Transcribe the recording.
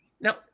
Now